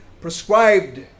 prescribed